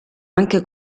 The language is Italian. anche